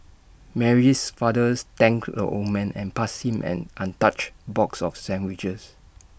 Mary's father thanked the old man and passed him an untouched box of sandwiches